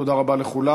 תודה רבה לכולם.